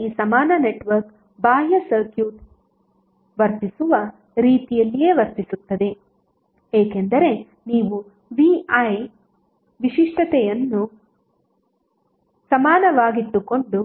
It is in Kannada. ಈಗ ಈ ಸಮಾನ ನೆಟ್ವರ್ಕ್ ಬಾಹ್ಯ ಸರ್ಕ್ಯೂಟ್ ವರ್ತಿಸುವ ರೀತಿಯಲ್ಲಿಯೇ ವರ್ತಿಸುತ್ತದೆ ಏಕೆಂದರೆ ನೀವು vi ವಿಶಿಷ್ಟತೆಯನ್ನು ಸಮಾನವಾಗಿಟ್ಟುಕೊಂಡು